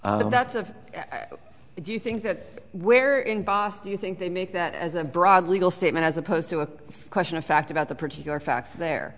so that's of it do you think that where in boston you think they make that as a broad legal statement as opposed to a question of fact about the particular fact the